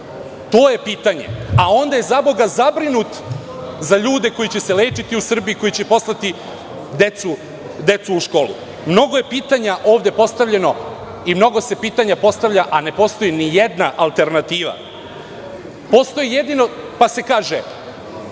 To je pitanje, a onda je zaboga zabrinut za ljude koji će se lečiti u Srbiji, koji će poslati decu u školu. Mnogo je pitanja ovde postavljeno i mnogo se pitanje ovde postavlja, a ne postoji ni jedna alternativa. Kaže se – mi smo sve